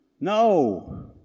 no